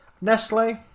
Nestle